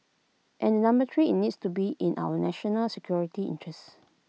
and number three IT needs to be in our national security interests